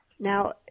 Now